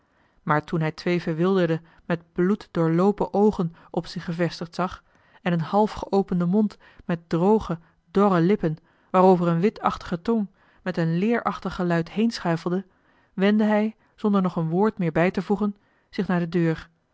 maar toen hij twee verwilderde met joh h been paddeltje de scheepsjongen van michiel de ruijter bloed doorloopen oogen op zich gevestigd zag en een halfgeopenden mond met droge dorre lippen waarover een witachtige tong met een leerachtig geluid heenschuifelde wendde hij zonder er nog een woord meer bij te voegen zich naar de deur